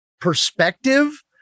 perspective